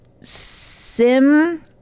Sim